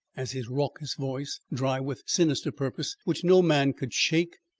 as his raucous voice, dry with sinister purpose which no man could shake,